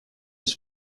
his